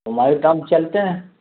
ہمایوں ٹام چلتے ہیں